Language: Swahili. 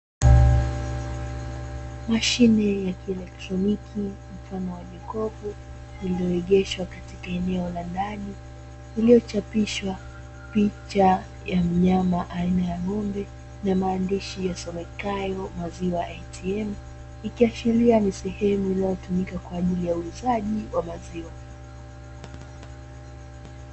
Mashine ya kielektroniki mfano wa jokofu lililoegeshwa katika eneo la ndani, iliyochapishwa picha ya mnyama aina ya ng'ombe na maandishi yasomekayo "maziwa ya ATM", ikiashiria ni sehemu inayotumika kwa ajili ya uuzaji wa maziwa.